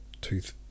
tooth